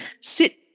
sit